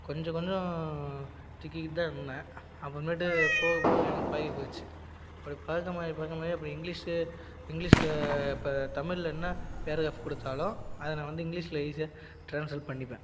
கொஞ்சம் கொஞ்சம் திக்கிக்கிட்டு தான் இருந்தேன் அப்புறமேட்டு போக போக எனக்கு பழகி போச்சு அப்படி பழக்கமாகி பழக்கமாகி அப்புறோம் இங்கிலீஷு இங்கிலீஷில் இப்போ தமிழில் என்னா பேரக்ராஃப் கொடுத்தாலும் அதை நான் வந்து இங்கிலீஷில் ஈசியாக ட்ரான்ஸ்லேட் பண்ணிப்பேன்